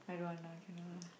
I don't want lah cannot lah